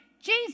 Jesus